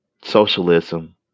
socialism